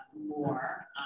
more